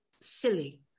silly